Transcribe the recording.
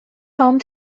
home